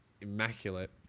immaculate